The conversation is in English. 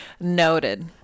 Noted